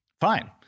fine